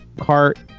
cart